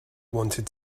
wanted